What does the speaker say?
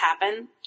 happen